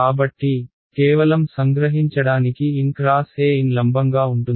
కాబట్టి కేవలం సంగ్రహించడానికి n x E n లంబంగా ఉంటుంది